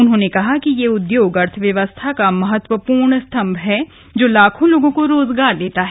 उन्होंने कहा कि यह उद्योग अर्थव्यवस्था का महत्वपूर्ण स्तंभ है जो लाखों लोगों को रोजगार देता है